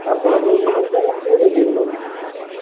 ଆପଣ ଯୋଉ ସମୟରେ କହିବେ ଆମେ ଦେଇ ଦେବୁ ଆପଣଙ୍କୁ